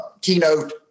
keynote